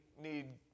need